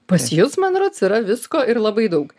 pas jus man rods yra visko ir labai daug